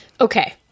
Okay